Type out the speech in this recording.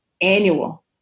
annual